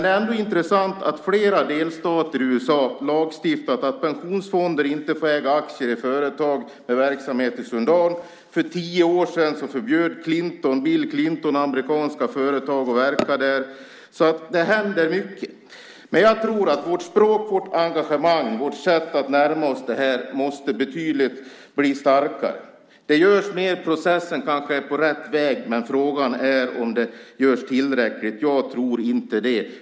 Det är ändå intressant att flera delstater i USA lagstiftat att pensionsfonder inte får äga aktier i företag med verksamhet i Sudan. För tio år sedan förbjöd Bill Clinton amerikanska företag att verka där. Så det händer mycket. Men jag tror att vårt språk, vårt engagemang och vårt sätt att närma oss det här måste bli betydligt starkare. Det görs mer. Processen kanske är på rätt väg, men frågan är om det görs tillräckligt. Jag tror inte det.